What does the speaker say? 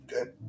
okay